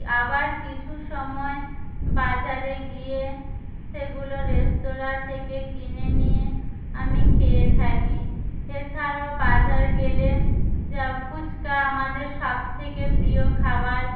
আবার কিছু সময় বাজারে গিয়ে সেগুলো রেস্তোরাঁ থেকে কিনে নিয়ে আমি খেয়ে থাকি এছাড়াও বাজার গেলে যাও ফুচকা আমাদের সব থেকে প্রিয় খাবার